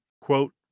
quote